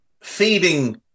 feeding